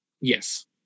Yes